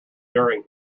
during